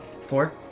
Four